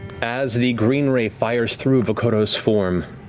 as the green ray fires through vokodo's form,